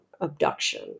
abduction